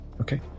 okay